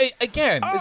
Again